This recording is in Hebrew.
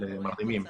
אנחנו שמחים.